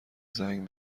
زنگ